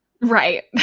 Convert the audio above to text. right